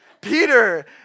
Peter